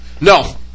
No